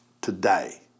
today